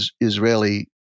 Israeli